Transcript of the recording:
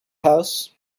house